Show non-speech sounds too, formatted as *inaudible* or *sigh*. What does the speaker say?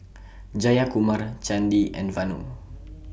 Jayakumar Chandi and Vanu *noise*